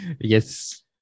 yes